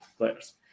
players